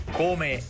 come